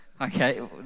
Okay